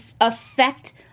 affect